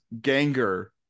Ganger